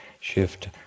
shift